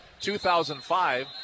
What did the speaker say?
2005